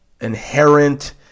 inherent